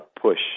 push